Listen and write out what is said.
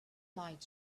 light